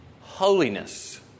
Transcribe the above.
holiness